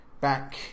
back